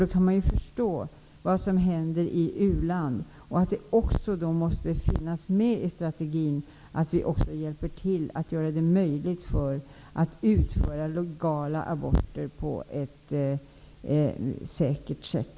Då kan man förstå vad som händer i u-länder och att det måste finnas med i strategin att vi också hjälper till att göra det möjligt för de här kvinnorna att få legala aborter på ett säkert sätt.